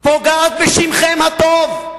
פוגעים בשמכם הטוב.